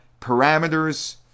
parameters